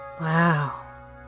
Wow